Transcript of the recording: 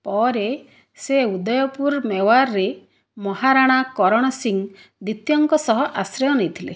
ପରେ ସେ ଉଦୟପୁର ମେୱାରରେ ମହାରାଣା କରଣ ସିଂ ଦ୍ୱିତୀୟଙ୍କ ସହ ଆଶ୍ରୟ ନେଇଥିଲେ